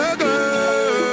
girl